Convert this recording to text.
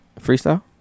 freestyle